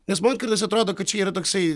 nes man kartais atrodo kad čia yra toksai